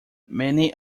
many